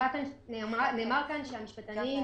נאמר כאן שהמשפטנים,